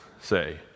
say